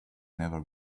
never